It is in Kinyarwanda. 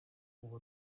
ubu